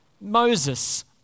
Moses